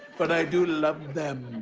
but i do love them.